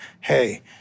Hey